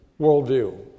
worldview